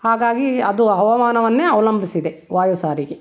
ಹಾಗಾಗಿ ಅದು ಹವಾಮಾನವನ್ನೇ ಅವಲಂಬಿಸಿದೆ ವಾಯು ಸಾರಿಗೆ